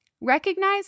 recognize